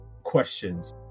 questions